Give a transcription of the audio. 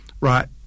right